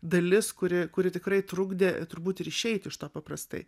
dalis kuri kuri tikrai trukdė turbūt ir išeiti iš to paprastai